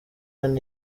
ann